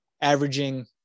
averaging